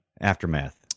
Aftermath